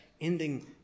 ending